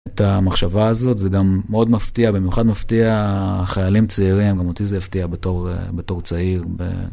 את המחשבה הזאת, זה גם מאוד מפתיע, במיוחד מפתיע חיילים צעירים, גם אותי זה הפתיע בתור צעיר.